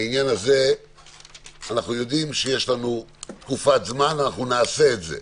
בעניין הזה אנחנו יודעים שיש לנו תקופת זמן ואנחנו נעשה את זה.